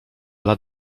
lat